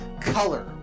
color